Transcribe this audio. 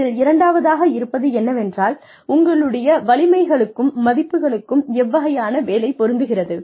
இதில் இரண்டாவதாக இருப்பது என்னவென்றால் உங்களுடைய வலிமைகளுக்கும் மதிப்புகளுக்கும் எவ்வகையான வேலை பொருந்துகிறது